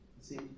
see